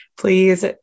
please